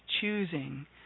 choosing